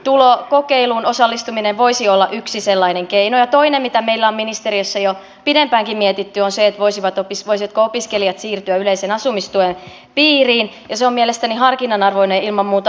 tämä perustulokokeiluun osallistuminen voisi olla yksi sellainen keino ja toinen mitä meillä on ministeriössä jo pidempäänkin mietitty on se voisivatko opiskelijat siirtyä yleisen asumistuen piiriin ja se on mielestäni ilman muuta harkinnan arvoinen asia